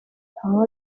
tall